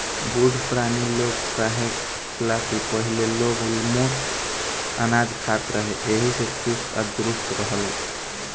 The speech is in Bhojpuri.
बुढ़ पुरानिया लोग कहे ला की पहिले लोग मोट अनाज खात रहे एही से चुस्त आ दुरुस्त रहत रहे